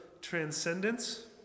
transcendence